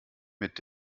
mit